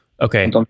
Okay